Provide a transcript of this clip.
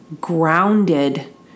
grounded